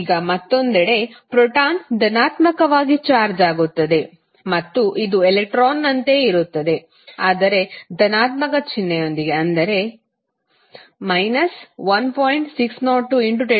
ಈಗ ಮತ್ತೊಂದೆಡೆ ಪ್ರೋಟಾನ್ ಧನಾತ್ಮಕವಾಗಿ ಚಾರ್ಜ್ ಆಗುತ್ತದೆ ಮತ್ತು ಇದು ಎಲೆಕ್ಟ್ರಾನ್ನಂತೆಯೇ ಇರುತ್ತದೆ ಆದರೆ ಧನಾತ್ಮಕ ಚಿಹ್ನೆಯೊಂದಿಗೆ ಅಂದರೆ 1